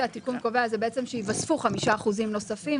התיקון קובע שייווספו 5% נוספים,